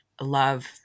love